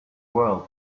world